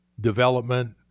development